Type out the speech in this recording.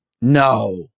No